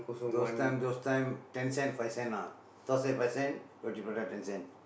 those time those time ten cent five cent lah dosa five cent roti-prata ten cent